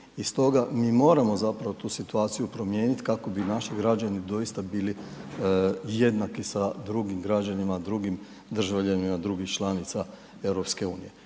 I stoga mi moramo tu situaciju promijeniti kako bi naši građani doista bili jednaki sa drugim građanima, drugim državljanima drugih članica EU.